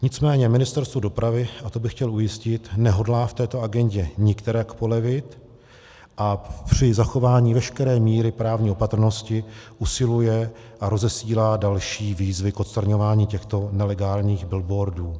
Nicméně Ministerstvo dopravy, a to bych chtěl ujistit, nehodlá v této agendě nikterak polevit a při zachování veškeré míry právní opatrnosti usiluje a rozesílá další výzvy k odstraňování těchto nelegálních billboardů.